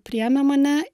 priėmė mane